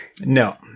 No